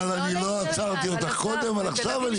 אני לא עצרתי אותך קודם, אבל עכשיו אני אעצור.